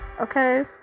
Okay